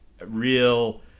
Real